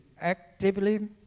actively